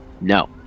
No